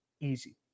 easy